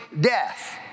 death